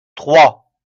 trois